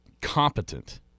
competent